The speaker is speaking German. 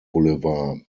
boulevard